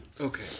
Okay